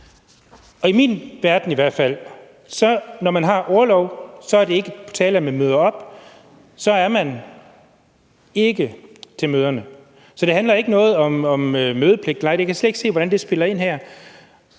er det sådan, at når man har orlov, er der ikke tale om, at man møder op. Så kommer man ikke til møderne. Så det handler ikke om mødepligt